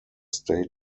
state